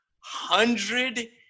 hundred